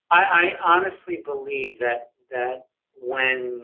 i honestly believe that that when